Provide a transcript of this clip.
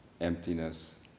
emptiness